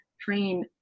train